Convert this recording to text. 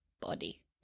body